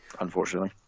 unfortunately